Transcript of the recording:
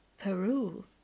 Peru